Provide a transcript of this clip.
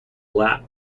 lap